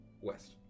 west